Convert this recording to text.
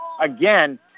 Again